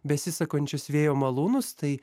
besisukančius vėjo malūnus tai